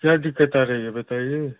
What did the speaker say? क्या दिक़्क़त आ रही है बताइए